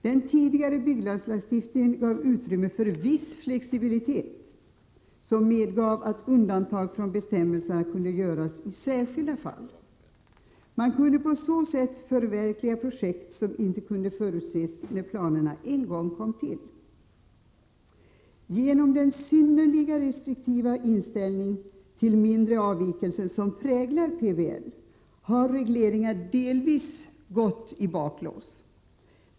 Den tidigare byggnadslagstiftningen gav utrymme för viss flexibilitet som medgav att undantag från bestämmelserna kunde göras i särskilda fall. Man kunde på så sätt förverkliga projekt som inte kunde förutses när planerna en gång kom till. Genom den synnerligen restriktiva inställningen till mindre avvikelser som präglar PBL har regleringarna delvis gått i baklås.